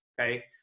okay